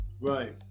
Right